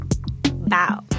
bow